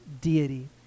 deity